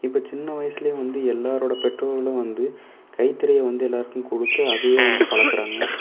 இப்போ சின்ன வயசில் வந்து எல்லாரோடய பெற்றோர்களும் வந்து கைத்திரையை வந்து எல்லோருக்குமே கொடுத்து அதேயே வந்து பழக்கிறாங்க